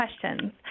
questions